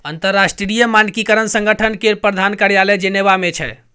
अंतरराष्ट्रीय मानकीकरण संगठन केर प्रधान कार्यालय जेनेवा मे छै